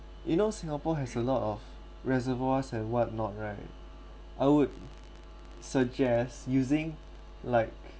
you know singapore has a lot of reservoirs and whatnot right I would suggest using like